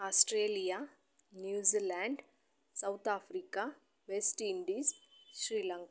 Australia New Zealand South Africa West Indies Sri Lanka